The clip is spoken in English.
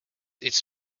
its